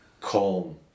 calm